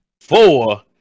four